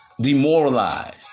demoralized